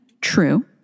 true